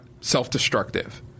self-destructive